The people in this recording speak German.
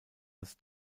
als